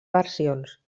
versions